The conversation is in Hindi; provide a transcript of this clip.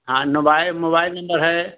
हाँ नोबाय मोबाईल नंबर है